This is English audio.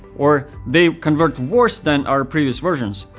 or they convert worse than our previous versions.